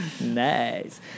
Nice